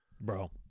Bro